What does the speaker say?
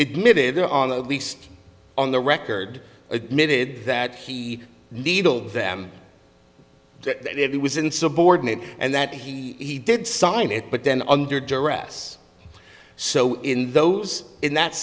admitted there on the least on the record admitted that he needled them he was insubordinate and that he he did sign it but then under duress so in those in that